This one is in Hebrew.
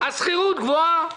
כי השכירות גבוהה,